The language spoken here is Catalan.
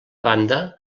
banda